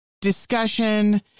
discussion